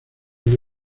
bebe